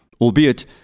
albeit